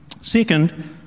Second